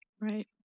right